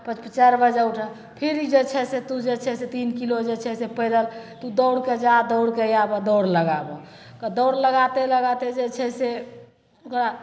पाँच चारि बजे उठऽ फेर जे छै से तू जे छै से तीन किलो जे छै से पैदल तू दौड़के जा दौड़के आबऽ दौड़ लगाबऽ दौड़ लगैते लगैते जे छै से ओकरा